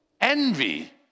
Envy